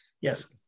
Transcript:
Yes